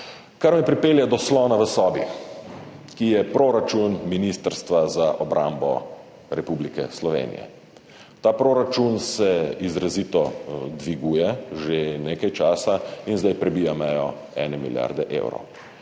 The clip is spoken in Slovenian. Kar me pripelje do slona v sobi, ki je proračun Ministrstva za obrambo Republike Slovenije. Ta proračun se izrazito dviguje že nekaj časa in zdaj prebija mejo 1 milijarde evrov,